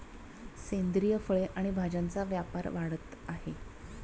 सेंद्रिय फळे आणि भाज्यांचा व्यापार वाढत आहे